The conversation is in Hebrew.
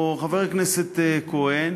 או חבר הכנסת כהן,